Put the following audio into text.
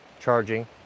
charging